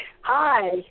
Hi